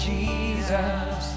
Jesus